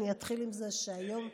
אני אתחיל מזה שהיום,